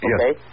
Yes